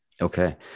Okay